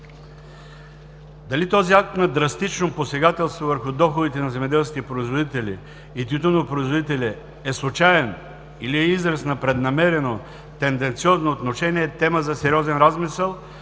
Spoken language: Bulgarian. Дали този акт на драстично посегателство върху доходите на земеделските производители и тютюнопроизводители е случаен или е израз на преднамерено, тенденциозно отношение е тема за сериозен размисъл,